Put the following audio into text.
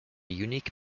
unique